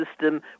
system